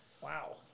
Wow